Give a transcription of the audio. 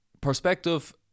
perspective